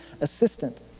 assistant